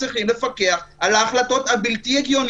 לפחות ברמה